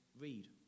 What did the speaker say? read